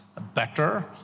better